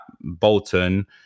Bolton